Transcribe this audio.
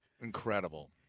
Incredible